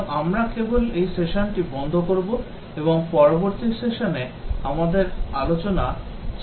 সুতরাং আমরা কেবল এই সেশনটি বন্ধ করব এবং পরবর্তী সেশনে আমাদের আলোচনা চালিয়ে যাব